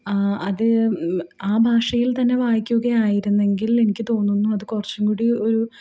ആ അത് ആ ഭാഷയിൽ തന്നെ വായിക്കുകയായിരുന്നെങ്കിൽ എനിക്ക് തോന്നുന്നു അത് കുറച്ചുംകൂടി ഒരു